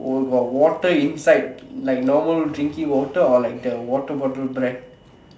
oh got water inside like normal drinking water or like the water bottle brand